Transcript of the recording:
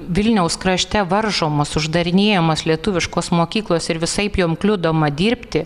vilniaus krašte varžomos uždarinėjamos lietuviškos mokyklos ir visaip jom kliudoma dirbti